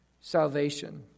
salvation